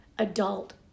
adult